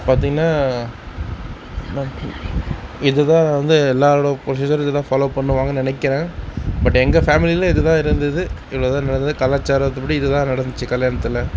பார்த்தீங்கன்னா இதுதான் வந்து எல்லாரோடய புரொசீஜரும் இதுதான் ஃபாலோ பண்ணுவாங்கன்னு நினைக்கிறேன் பட் எங்க ஃபேமிலியில் இதுதான் இருந்தது இவ்வளோதான் என்றது கலாச்சாரப்படி இதுதான் நடந்துச்சு கல்யாணத்தில்